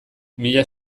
mila